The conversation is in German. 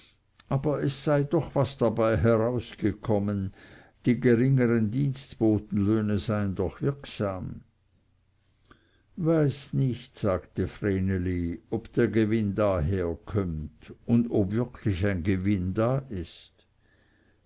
aber es sei doch was dabei herausgekommen die geringern dienstbotenlöhne seien doch wirksam weiß nicht sagte vreneli ob der gewinn daher kömmt und ob wirklich ein gewinn da ist